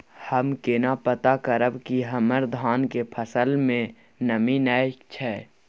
हम केना पता करब की हमर धान के फसल में नमी नय छै?